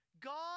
God